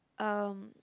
um